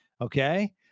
Okay